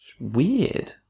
weird